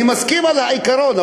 אני מסכים על העיקרון,